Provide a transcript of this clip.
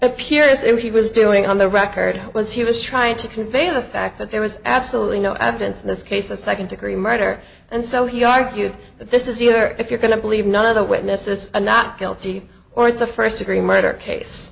appears that he was doing on the record was he was trying to convey the fact that there was absolutely no evidence in this case of second degree murder and so he argued that this is either if you're going to believe none of the witnesses or not guilty or it's a first degree murder case